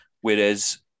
Whereas